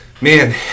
Man